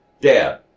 Dad